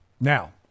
Now